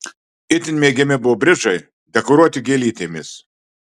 itin mėgiami buvo bridžai dekoruoti gėlytėmis